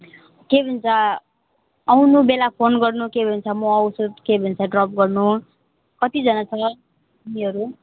के भन्छ आउने बेला फोन गर्नु के भन्छ म आउँछु के भन्छ ड्रप गर्नु कतिजना छ तिमीहरू